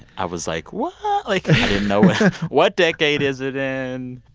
i was like what? like. i didn't know what decade is it in?